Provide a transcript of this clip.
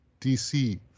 dc